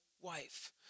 wife